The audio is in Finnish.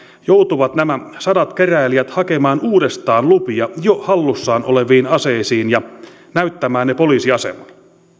joutuvat nämä sadat keräilijät hakemaan uudestaan lupia jo hallussaan oleviin aseisiin ja näyttämään ne poliisiasemalla